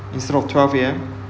it's not twelve A_M